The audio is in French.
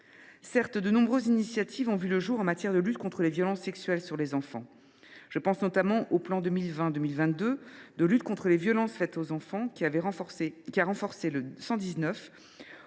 Certes, de nombreuses initiatives ont vu le jour en matière de lutte contre les violences sexuelles sur les enfants. Je pense notamment au plan de lutte contre les violences faites aux enfants 2020 2022, qui a renforcé le 119